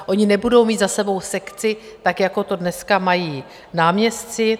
Oni nebudou mít za sebou sekci, jako to dneska mají náměstci.